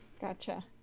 Gotcha